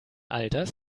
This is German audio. alters